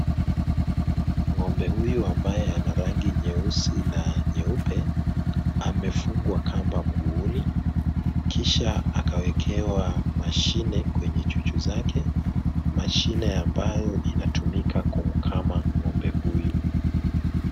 Ng'ombe huyu ambaye ana rangi nyeusi na nyeupe amefungwa kamba mguuni kisha akawekewa mashine kwenye chuchu zake, mashine ambayo inatumika kumkama ng'ombe huyu.